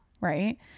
right